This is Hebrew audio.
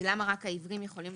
למה רק העיוורים יכולים